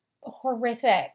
horrific